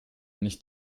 nicht